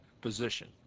position